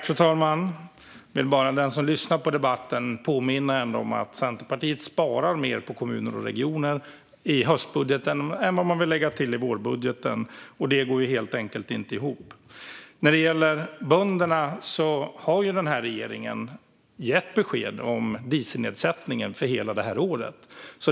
Fru talman! Jag vill för den som lyssnar på debatten påminna om att Centerpartiet sparar mer på kommuner och regioner i höstbudgeten än vad man vill lägga till i vårbudgeten. Det går helt enkelt inte ihop. När det gäller bönderna har den här regeringen gett besked om dieselnedsättningen för hela året.